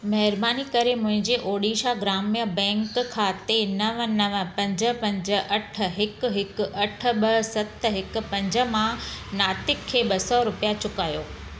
महिरबानी करे मुंहिंजे ओडिशा ग्राम्य बैंक खाते नव नव पंज पंज अठ हिकु हिकु अठ ॿ सत हिकु पंज मां नातिक खे ॿ सौ रुपिया चुकायो